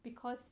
because